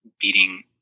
beating